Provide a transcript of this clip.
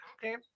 Okay